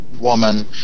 woman